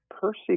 Percy